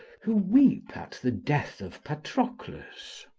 who weep at the death of patroclus.